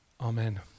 Amen